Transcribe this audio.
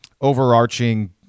overarching